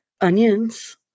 onions